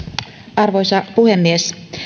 arvoisa puhemies